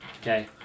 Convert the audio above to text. Okay